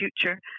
future